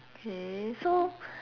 okay so